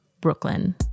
Brooklyn